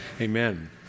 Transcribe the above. Amen